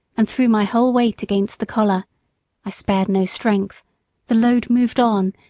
and threw my whole weight against the collar i spared no strength the load moved on,